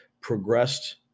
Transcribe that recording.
progressed